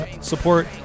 support